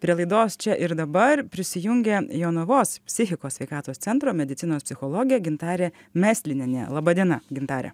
prie laidos čia ir dabar prisijungė jonavos psichikos sveikatos centro medicinos psichologė gintarė meslinienė laba diena gintare